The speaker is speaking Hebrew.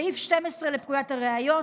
סעיף 12 לפקודת הראיות,